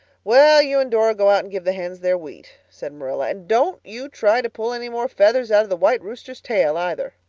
well, you and dora go out and give the hens their wheat, said marilla. and don't you try to pull any more feathers out of the white rooster's tail either.